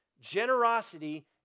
Generosity